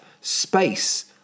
space